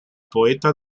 poeta